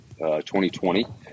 2020